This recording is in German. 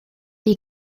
die